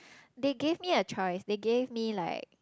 they gave me a choice they gave me like